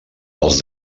dels